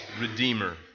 Redeemer